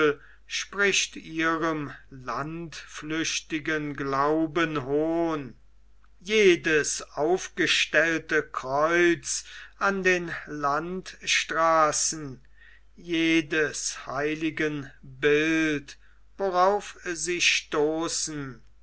spricht ihrem landflüchtigen glauben hohn jedes aufgestellte kreuz an den landstraßen jedes heiligenbild worauf sie stoßen